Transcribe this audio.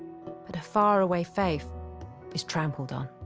but a faraway faith is trampled on.